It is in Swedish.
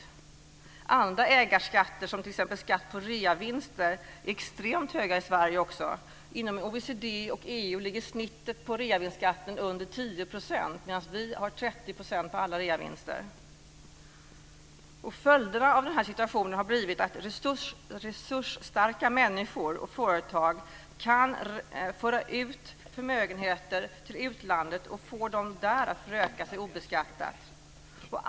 Också andra ägarskatter, som t.ex. skatt på reavinster, är extremt höga i Sverige. Inom OECD och inom EU ligger reavinstskatten genomsnittligt under 10 % medan vi tar ut 30 % på alla reavinster. Följderna av den här situationen har blivit att resursstarka människor och företag kan föra ut förmögenheter till utlandet och få dem att där föröka sig obeskattat.